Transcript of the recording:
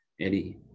Eddie